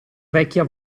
vecchia